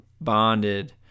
bonded